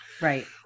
Right